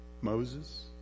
Moses